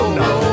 no